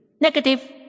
Negative